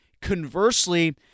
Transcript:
Conversely